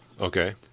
Okay